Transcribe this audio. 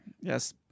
Yes